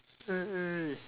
eh